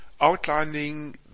outlining